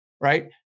right